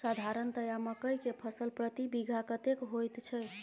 साधारणतया मकई के फसल प्रति बीघा कतेक होयत छै?